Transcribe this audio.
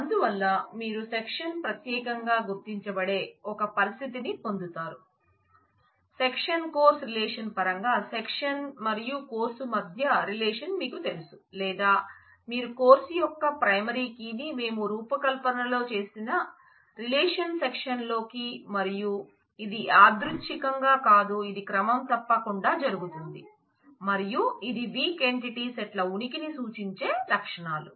అందువల్ల మీరు సెక్షన్ ప్రత్యేకంగా గుర్తించబడే ఒక పరిస్థితి నీ పొందుతారు sec course రిలేషన్ పరంగా సెక్షన్ మరియు కోర్సు మధ్య రిలేషన్ మీకు తెలుసు లేదా మీరు కోర్సు యొక్క ప్రైమరీ కీ ని మేము రూపకల్పనలో చేసిన రిలేషన్ సెక్షన్ లో కి మరియు ఇది యాదృచ్ఛికంగా కాదు ఇది క్రమం తప్పకుండా జరుగుతుంది మరియు ఇది వీక్ ఎంటిటీ సెట్ల ఉనికిని సూచించే లక్షణాలు